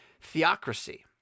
Theocracy